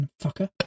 Fucker